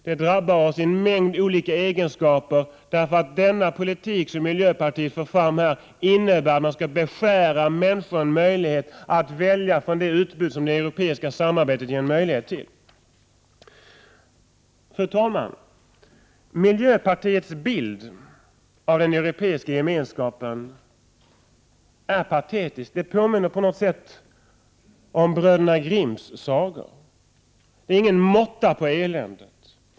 Det drabbar oss i en mängd olika egenskaper, eftersom den politik som miljöpartiet fört fram här innebär att man skall beskära människors möjlighet att välja från det utbud som det europeiska samarbetet ger. Fru talman! Miljöpartiets bild av Europeiska gemenskapen är patetisk. Den påminner på något sätt om Bröderna Grimms sagor. Det är ingen måtta på eländet.